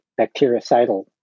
bactericidal